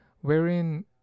wherein